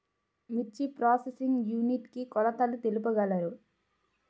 మిర్చి processing unit కి కొలతలు తెలుపగలరు?